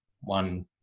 one